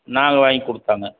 நாங்கள் வாங்கி கொடுத்தாங்க